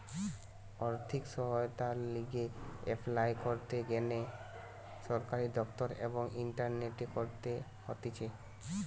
আর্থিক সহায়তার লিগে এপলাই করতে গ্যানে সরকারি দপ্তর এবং ইন্টারনেটে করতে হতিছে